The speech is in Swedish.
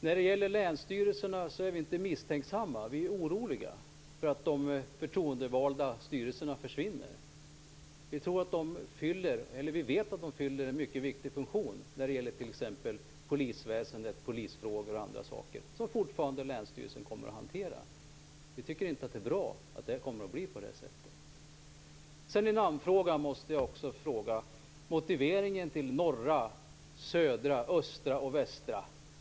När det gäller länsstyrelserna är vi inte misstänksamma. Vi är oroliga för att de förtroendevalda styrelserna försvinner. Vi vet att de fyller en mycket viktig funktion när det gäller t.ex. polisväsendet, polisfrågor och annat som länsstyrelsen fortfarande kommer att hantera. Vi tycker inte att det är bra att det blir på det sättet. När det gäller namnfrågan vill jag veta motiveringen till norra, södra, östra och västra.